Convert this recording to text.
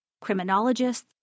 criminologists